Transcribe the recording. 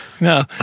no